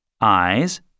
Eyes